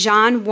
John